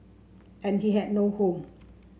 and he had no home